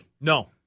No